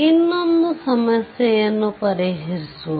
ಇನ್ನೊಂದು ಸಮಸ್ಯೆಯನ್ನು ಪರಿಹರಿಸುವ